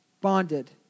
bonded